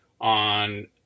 on